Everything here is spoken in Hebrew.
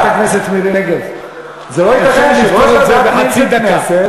חברת הכנסת מירי רגב, בחצי דקה.